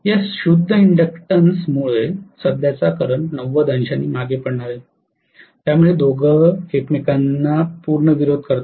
या शुद्ध इन्डक्टन्समुळे सध्याचा करंट ९० अंशांनी मागे पडणार आहे त्यामुळे हे दोघे एकमेकांचा पूर्णपणे विरोध करतात